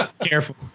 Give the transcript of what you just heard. Careful